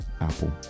Apple